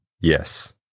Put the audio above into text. Yes